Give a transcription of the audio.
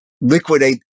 liquidate